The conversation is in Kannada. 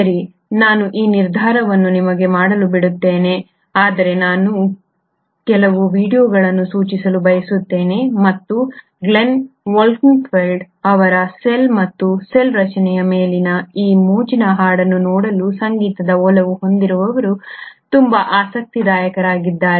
ಸರಿ ನಾನು ಆ ನಿರ್ಧಾರವನ್ನು ನಿಮಗೆ ಮಾಡಲು ಬಿಡುತ್ತೇನೆ ಆದರೆ ನಾನು ಕೆಲವು ವೀಡಿಯೊಗಳನ್ನು ಸೂಚಿಸಲು ಬಯಸುತ್ತೇನೆ ಮತ್ತು ಗ್ಲೆನ್ ವೊಲ್ಕೆನ್ಫೆಲ್ಡ್ ಅವರ ಸೆಲ್ ಮತ್ತು ಸೆಲ್ ರಚನೆಯ ಮೇಲಿನ ಈ ಮೋಜಿನ ಹಾಡನ್ನು ನೋಡಲು ಸಂಗೀತದ ಒಲವು ಹೊಂದಿರುವವರು ತುಂಬಾ ಆಸಕ್ತಿದಾಯಕರಾಗಿದ್ದಾರೆ